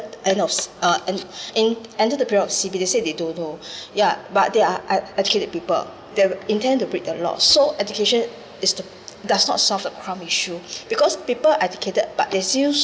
end of uh and in entered the period of C_B they say they don't know yeah but they are ed~ educated people they intend to break the law so education is the does not solve the crime issue because people are educated but they still